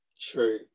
True